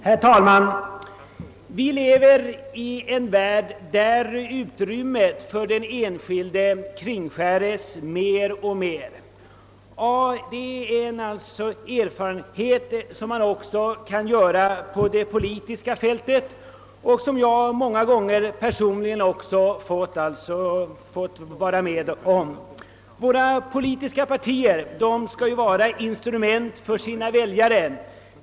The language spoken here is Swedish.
Herr talman! Vi lever i en värld, där utrymmet för den enskilde kringskäres mer och mer. Det är en erfarenhet som man kan göra också på det politiska fältet och som jag för min del många gånger fått göra. Våra politiska partier skall ju vara instrument för sina väljare.